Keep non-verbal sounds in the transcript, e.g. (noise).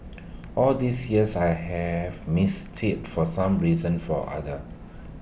(noise) all these years I have missed IT for some reason for other